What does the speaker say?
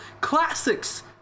classics